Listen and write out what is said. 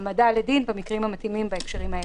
ובהעמדה לדין במקרים המתאימים בהקשרים האלה.